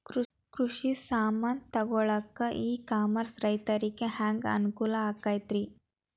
ಕೃಷಿ ಸಾಮಾನ್ ತಗೊಳಕ್ಕ ಇ ಕಾಮರ್ಸ್ ರೈತರಿಗೆ ಹ್ಯಾಂಗ್ ಅನುಕೂಲ ಆಕ್ಕೈತ್ರಿ?